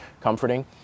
comforting